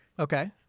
Okay